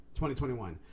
2021